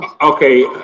Okay